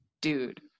Dude